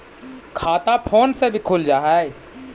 खाता फोन से भी खुल जाहै?